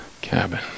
Cabin